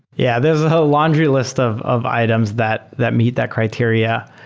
yeah. there is a laundry list of of items that that meet that criteria.